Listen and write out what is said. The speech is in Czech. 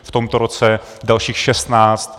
V tomto roce dalších šestnáct.